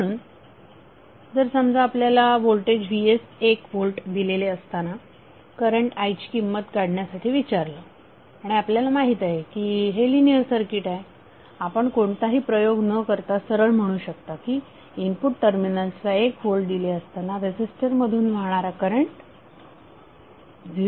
म्हणून जर समजा आपल्याला व्होल्टेज vs1 व्होल्ट दिलेले असताना करंट i ची किंमत काढण्यासाठी विचारले असेल आणि आपल्याला माहित आहे की हे लिनिअर सर्किट आहे आपण कोणताही प्रयोग न करता सरळ म्हणू शकता की इनपुट टर्मिनल्सला 1 व्होल्ट दिले असताना रेझीस्टर मधून वाहणारा करंट 0